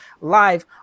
live